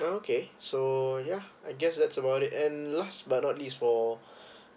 okay so yeah I guess that's about it and last but not least so